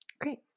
Great